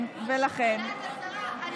למה את לא נותנת דוגמה אישית, השרה?